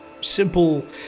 simple